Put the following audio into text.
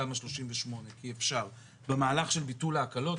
תמיד הולכים למקום הקל,